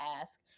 ask